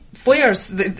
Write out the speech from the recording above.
flares